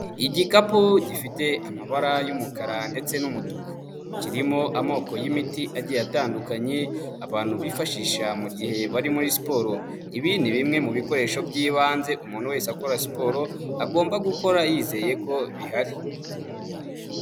Igikapu gifite amabara y'umukara ndetse n'umutuku. Kirimo amoko y'imiti agiye atandukanye abantu bifashisha mu gihe bari muri siporo. Ibi ni bimwe mu bikoresho by'ibanze umuntu wese akora siporo agomba gukora yizeye ko bihari.